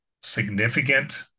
significant